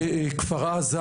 בכפר עזה